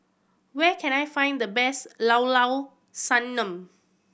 where can I find the best Llao Llao Sanum